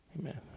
amen